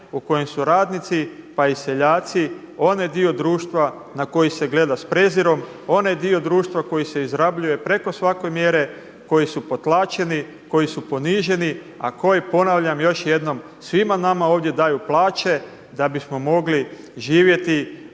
u kojem su radnici pa i seljaci onaj dio društva na koji se gleda s prezirom, onaj dio društva koji se izrabljuje preko svake mjere, koji su potlačeni, koji su poniženi, a koji ponavljam još jednom svima nama ovdje daju plaće da bismo mogli živjeti